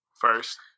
first